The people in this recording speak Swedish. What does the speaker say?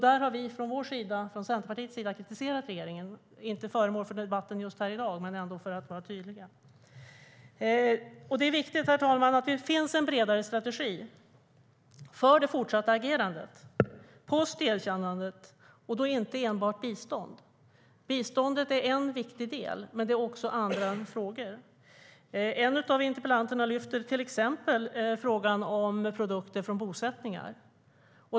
Där har vi från Centerpartiets sida kritiserat regeringen. Det är inte det som är föremål för debatten här i dag, men jag vill vara tydlig. Det är viktigt att det finns en bredare strategi för det fortsatta agerandet efter erkännandet, herr talman. Det gäller då inte enbart bistånd. Biståndet är en viktig del, men det finns också andra frågor. En av interpellanterna lyfte till exempel fram frågan om produkter från bosättningar.